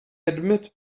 admit